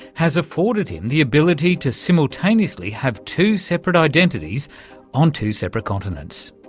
has afforded him the ability to simultaneously have two separate identities on two separate continents.